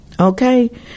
Okay